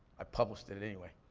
i published it it anyway.